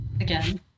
again